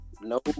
No